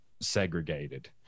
segregated